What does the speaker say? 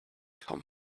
come